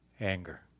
anger